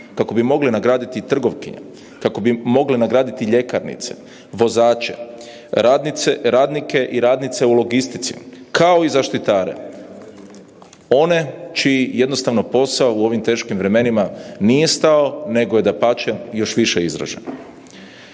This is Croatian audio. kako bi mogli nagraditi trgovkinje, kako bi mogli nagraditi ljekarnice, vozače, radnike i radnice u logistici, kao i zaštitare, one čiji jednostavno posao u ovim teškim vremenima nije stao nego je dapače još više izražen.